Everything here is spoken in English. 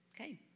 Okay